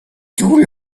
too